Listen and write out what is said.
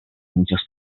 muchas